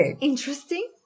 interesting